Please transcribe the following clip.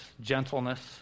gentleness